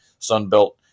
Sunbelt